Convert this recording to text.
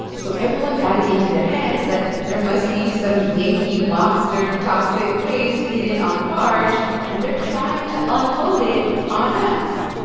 so everyone got it into their heads that there must be some yankee mobster toxic waste hidden on the barge and they're trying to unload it on us.